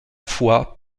foi